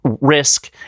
risk